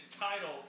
title